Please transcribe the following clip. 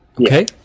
Okay